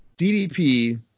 DDP